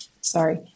sorry